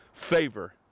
favor